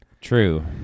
true